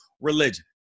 religion